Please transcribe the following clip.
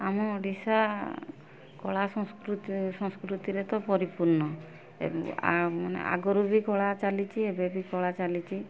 ଆମ ଓଡ଼ିଶା କଳା ସଂସ୍କୃତି ସଂସ୍କୃତିରେ ତ ପରିପୂର୍ଣ୍ଣ ମାନେ ଆଗରୁ ବି କଳା ଚାଲିଛି ଏବେ ବି କଳା ଚାଲିଛି